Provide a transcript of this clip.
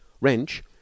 Wrench